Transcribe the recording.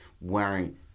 wearing